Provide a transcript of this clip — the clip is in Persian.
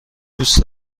دوست